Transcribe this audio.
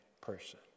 person